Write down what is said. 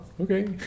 Okay